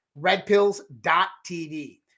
redpills.tv